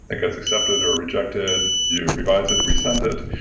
it gets accepted or rejected. you revise it, resend it,